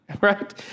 right